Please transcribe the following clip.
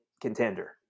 contender